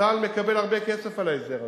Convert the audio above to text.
צה"ל מקבל הרבה כסף על ההסדר הזה.